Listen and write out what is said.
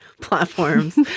platforms